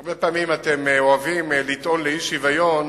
הרבה פעמים אתם אוהבים לטעון לאי-שוויון